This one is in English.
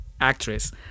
actress